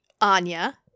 Anya